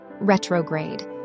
Retrograde